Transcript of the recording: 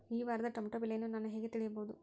ಈ ವಾರದ ಟೊಮೆಟೊ ಬೆಲೆಯನ್ನು ನಾನು ಹೇಗೆ ತಿಳಿಯಬಹುದು?